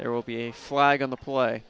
there will be a flag on the play